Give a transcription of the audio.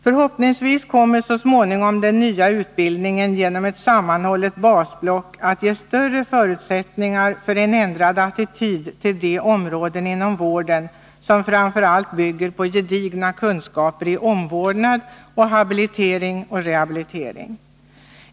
Förhoppningsvis kommer så småningom den nya utbildningen att genom ett sammanhållet basblock ge större förutsättningar för en ändrad attityd till de områden inom vården som framför allt bygger på gedigna kunskaper i omvårdnad, habilitering och rehabilitering.